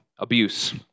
Abuse